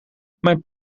mijn